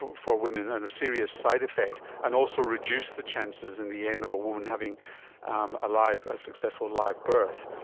for women and a serious side effect, and also reduce the chances in the end of a woman having um a a successful live birth.